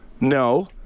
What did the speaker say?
no